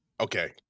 Okay